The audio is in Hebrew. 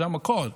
זה המקור,